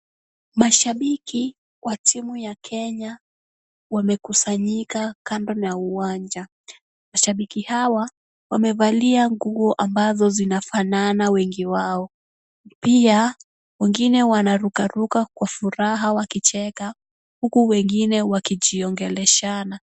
Mashabiki wa timu ya Kenya wamekusanyika kando na uwanja. Mashabiki hawa, wamevalia nguo ambazo zinafanana wengi wao. Pia wengine wanarukaruka kwa furaha wakicheka, huku wengine wakijiongelesha.